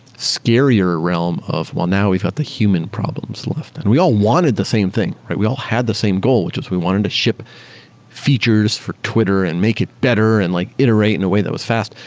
scarier realm of well now, we've got the human problems left and we all wanted the same thing, right? we all had the same goal, which was we wanted to ship features for twitter and make it better and like iterate in a way that was fast,